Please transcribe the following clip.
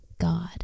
God